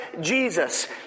Jesus